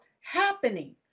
happening